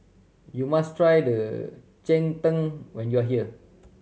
you must tried cheng tng when you are here